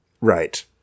Right